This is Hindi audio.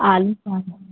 आलू पालक